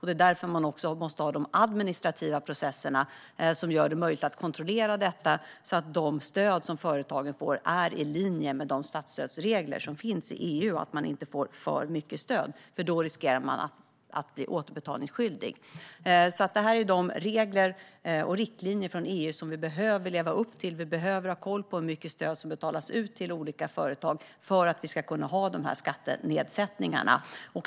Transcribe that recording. Det är därför man också måste ha de administrativa processerna som gör det möjligt att kontrollera att de stöd som företagen får är i linje med EU:s statsstödsregler och att företagen inte får för mycket stöd, för då riskerar de att bli återbetalningsskyldiga. Detta är de regler och riktlinjer från EU som vi har att leva upp till. Vi behöver ha koll på hur mycket stöd som betalas ut till olika företag för att vi ska kunna ha dessa skattenedsättningar.